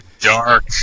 dark